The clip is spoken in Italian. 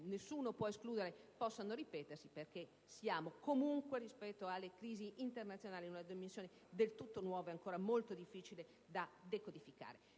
nessuno può escludere possano ripetersi perché siamo comunque, rispetto alle crisi, internazionali, in una situazione del tutto nuova ed ancora molto difficile da decodificare.